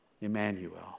Emmanuel